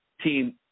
team